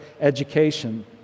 education